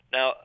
Now